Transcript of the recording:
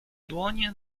dłonie